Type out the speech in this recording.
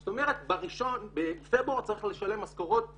זאת אומרת, בפברואר צריך לשלם משכורות ינואר.